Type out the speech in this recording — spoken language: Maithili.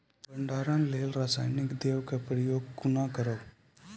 भंडारणक लेल रासायनिक दवेक प्रयोग कुना करव?